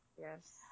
Yes